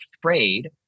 afraid